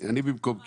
אני במקום קיש.